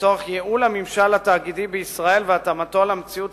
לצורך ייעול הממשל התאגידי בישראל והתאמתו למציאות